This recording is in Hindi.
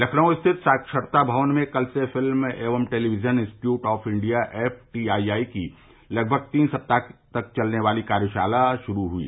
लखनऊ स्थित साक्षरता भवन में कल से फिल्म एवं Television Institute of India FTII की लगभग तीन सप्ताह तक चलने वाली कार्यशाला शुरू हुई